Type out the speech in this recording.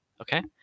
okay